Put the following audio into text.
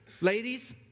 Ladies